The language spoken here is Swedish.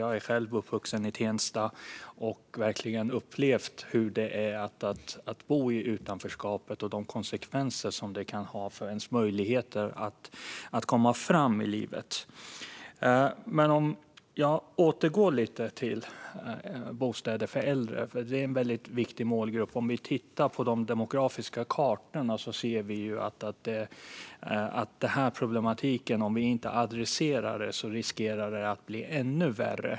Jag är själv uppvuxen i Tensta och har verkligen upplevt hur det är att bo i utanförskapet och de konsekvenser som det kan ha för ens möjligheter att komma fram i livet. Jag återgår till bostäder för äldre, för det är en väldigt viktig målgrupp. Om vi tittar på de demografiska kartorna ser vi problematiken, och om vi inte adresserar detta riskerar det att bli ännu värre.